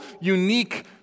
unique